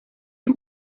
him